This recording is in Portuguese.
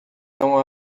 não